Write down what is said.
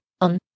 On